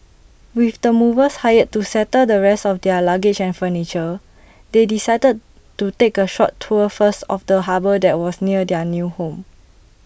with the movers hired to settle the rest of their luggage and furniture they decided to take A short tour first of the harbour that was near their new home